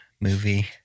movie